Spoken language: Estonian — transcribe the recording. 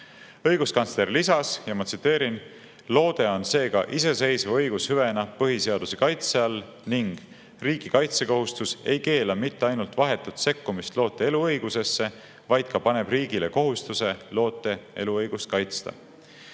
lõpp. Õiguskantsler lisas, ma tsiteerin: "Loode on seega iseseisva õigushüvena põhiseaduse kaitse all. Riigi kaitsekohustus ei keela mitte ainult vahetut sekkumist loote eluõigusesse, vaid ka paneb riigile kohustuse loote eluõigust